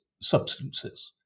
substances